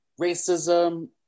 racism